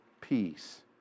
peace